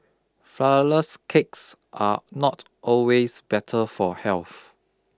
flourless cakes are not always better for health